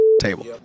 table